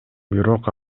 бирок